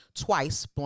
twice